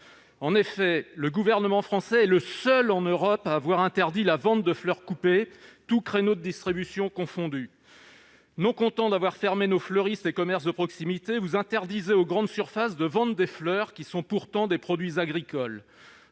En effet, le gouvernement français est le seul en Europe à avoir interdit la vente de fleurs coupées, tous créneaux de distribution confondus. Non contents d'avoir fermé nos fleuristes et commerces de proximité, vous interdisez aux grandes surfaces de vendre des fleurs, bien que celles-ci soient des produits agricoles.